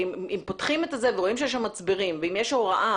אם פותחים אותן ורואים שיש שם מצברים ואם יש הוראה